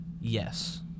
Yes